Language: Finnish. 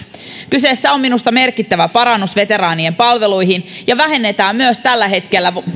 kyseessä on minusta merkittävä parannus veteraanien palveluihin tällä myös vähennetään tämän hetkistä